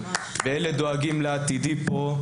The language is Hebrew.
ואלה הדואגים לעתיד שלי פה,